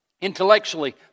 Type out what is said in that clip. Intellectually